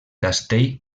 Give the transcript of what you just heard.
castell